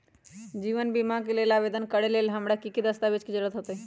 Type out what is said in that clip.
जीवन बीमा के लेल आवेदन करे लेल हमरा की की दस्तावेज के जरूरत होतई?